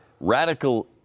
radical